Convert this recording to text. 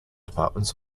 departments